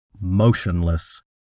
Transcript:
motionless